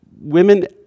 women